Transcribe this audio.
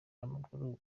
w’amaguru